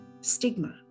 stigma